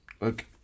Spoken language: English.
Look